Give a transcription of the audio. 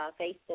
Facebook